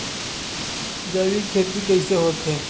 जैविक खेती कइसे होथे?